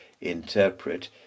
interpret